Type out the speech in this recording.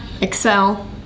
Excel